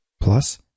Plus